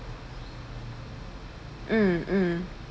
mm mm